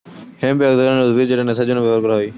hemp এক ধরনের উদ্ভিদ যেটা নেশার জন্য ব্যবহার করা হয়